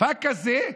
מופע כזה,